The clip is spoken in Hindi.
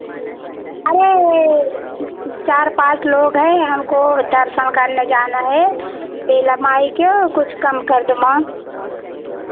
अरे चार पाँच लोग है हमको दर्शन करने जाना है बेल्हा माई के वो कुछ कम कर दो मैम